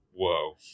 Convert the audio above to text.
whoa